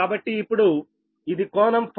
కాబట్టి ఇప్పుడు ఇది కోణం Φ